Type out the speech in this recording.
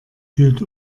fühlt